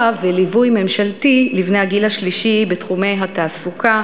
וליווי ממשלתיים לבני הגיל השלישי בתחומי התעסוקה,